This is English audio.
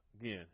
Again